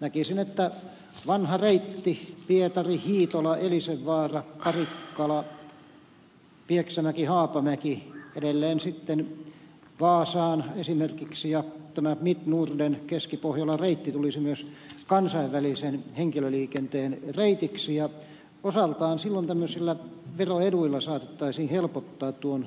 näkisin että vanha reitti pietarihiitolaelisenvaaraparikkalapieksämäkihaapamäki edelleen sitten vaasaan esimerkiksi ja tämä mittnorden eli keski pohjola reitti tulisivat myös kansainvälisen henkilöliikenteen reiteiksi ja osaltaan silloin tämmöisillä veroeduilla saatettaisiin helpottaa tuon